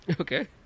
Okay